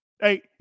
Hey